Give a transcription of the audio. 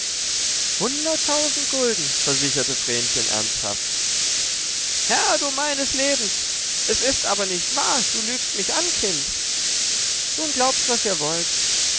hunderttausend gulden versicherte vrenchen ernsthaft herr du meines lebens es ist aber nicht wahr du lügst mich an kind nun glaubt was ihr wollt